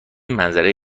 منظره